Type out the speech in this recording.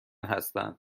هستند